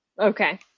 Okay